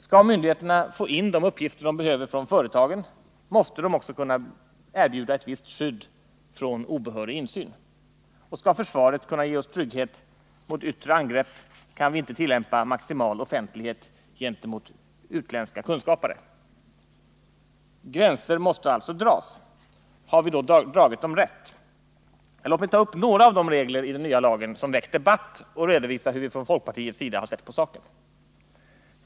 Skall myndigheterna få in de uppgifter de behöver från företagen måste de också kunna erbjuda ett visst skydd från obehörig insyn, och skall försvaret kunna ge oss trygghet mot yttre angrepp kan vi inte tillämpa maximal offentlighet gentemot utländska kunskapare. Gränser måste alltså dras. Har vi dragit dem rätt? Låt mig ta upp några av de regler i den nya lagen som väckt debatt och redovisa hur vi från folkpartiets sida sett på saken.